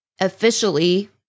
officially